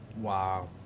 wow